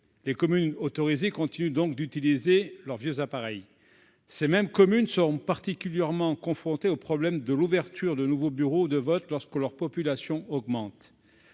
les communes autorisées continue donc d'utiliser leurs vieux appareils ces mêmes communes seront particulièrement confronté au problème de l'ouverture de nouveaux bureaux de vote lorsque leur population augmente